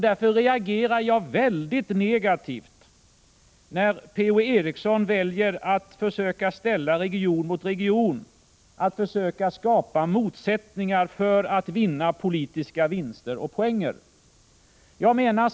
Därför reagerar jag mycket negativt när Per-Ola Eriksson väljer att försöka ställa region mot region, att försöka skapa motsättningar för att göra politiska vinster och vinna poänger.